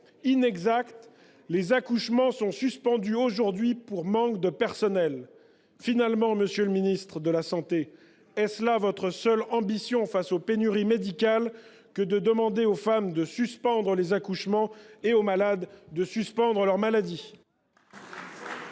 Inexact : les accouchements sont suspendus aujourd'hui par manque de personnel. » Finalement, monsieur le ministre de la santé, est-ce là votre seule ambition face aux pénuries médicales que de demander aux femmes de « suspendre les accouchements » et aux malades de suspendre leur maladie ?